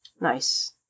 Nice